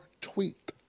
tweet